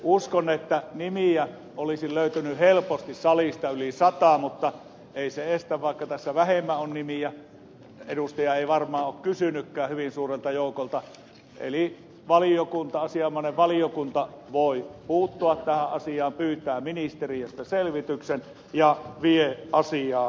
uskon että nimiä olisi löytynyt salista helposti yli sata mutta ei se estä vaikka tässä vähemmän on nimiä edustaja ei varmaan ole kysynytkään hyvin suurelta joukolta sitä että asianomainen valiokunta voi puuttua tähän asiaan pyytää ministeriöstä selvityksen ja viedä asiaa eteenpäin